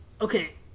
Okay